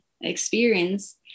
experience